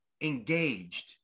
engaged